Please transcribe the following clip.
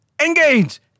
engage